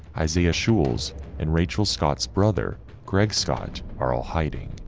isaiah jules and rachel scott's brother greg scott are all hiding.